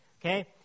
Okay